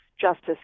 Justice